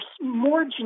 more